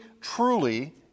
truly